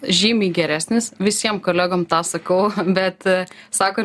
žymiai geresnis visiem kolegom tą sakau bet sako